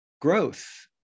growth